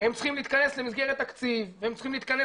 הם צריכים להתכנס למסגרת תקציב והם צריכים להתכנס